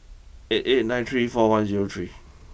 eight eight nine three four one zero three